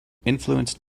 influenced